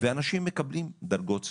ואנשים מקבלים דרגות סיעוד.